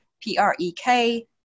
P-R-E-K